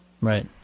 right